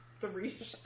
three